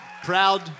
Proud